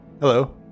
Hello